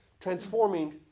transforming